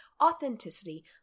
authenticity